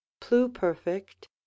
pluperfect